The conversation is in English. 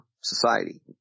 Society